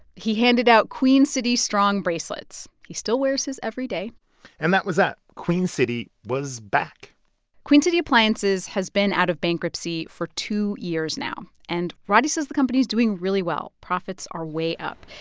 he handed out queen city strong bracelets. he still wears his every day and that was that. queen city was back queen city appliances has been out of bankruptcy for two years now. and roddey says the company's doing really well. profits are way up.